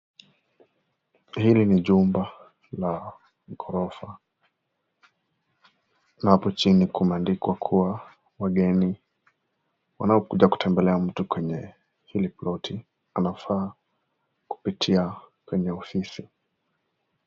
Hili ni jumba la gorofa na hapo chini kumeandikwa ya kuwa wageni wanaokuja kutembelea mtu katika ploti hiyo waweze kupitia ofisi.